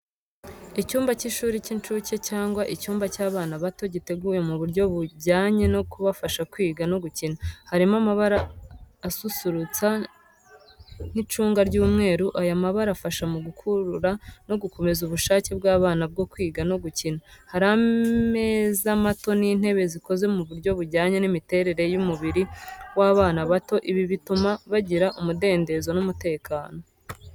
Icyumba cy’ishuri ry’incuke cyangwa icyumba cy’abana bato, giteguye mu buryo bujyanye no kubafasha kwiga no gukina. Harimo amabara asusurutsa nk’icunga n’umweru aya mabara afasha mu gukurura no gukomeza ubushake bw’abana bwo kwiga no gukina. Hari ameza mato n’intebe zikoze mu buryo bujyanye n’imiterere y’umubiri w’abana bato ibi bituma bagira umudendezo n’umutekano.